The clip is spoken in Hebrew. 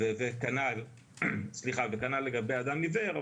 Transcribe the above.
וכנ"ל לגבי אדם עיוור,